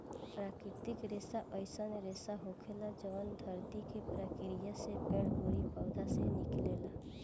प्राकृतिक रेसा अईसन रेसा होखेला जवन धरती के प्रक्रिया से पेड़ ओरी पौधा से निकलेला